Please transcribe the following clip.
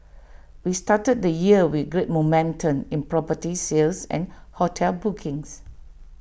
we started the year with great momentum in property sales and hotel bookings